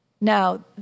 Now